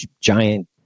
giant